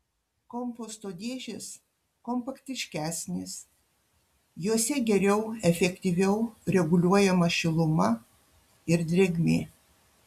komposto dėžės kompaktiškesnės jose geriau efektyviau reguliuojama šiluma ir drėgmė